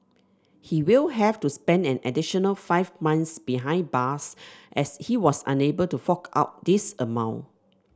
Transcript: he will have to spend an additional five months behind bars as he was unable to fork out this amount